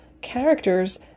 characters